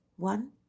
One